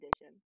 edition